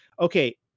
okay